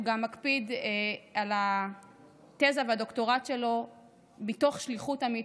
הוא גם מקפיד על התזה והדוקטורט שלו מתוך שליחות אמיתית,